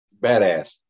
badass